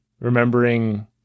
remembering